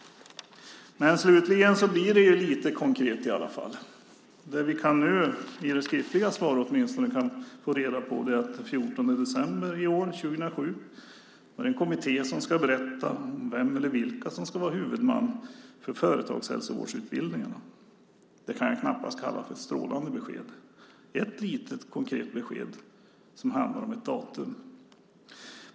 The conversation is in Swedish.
Till slut blir det ju lite konkret i alla fall. Vi kan nu i det skriftliga svaret åtminstone få reda på att den 14 december är det en kommitté som ska berätta vem eller vilka som ska vara huvudman för företagshälsovårdsutbildningarna. Det kan jag knappast kalla för ett strålande besked. Det är ett litet, konkret besked som handlar om ett datum.